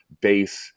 base